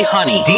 Honey